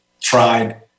tried